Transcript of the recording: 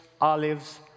olives